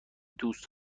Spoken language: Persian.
دوست